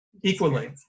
equally